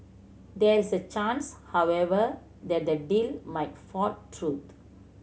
there is a chance however that the deal might fall through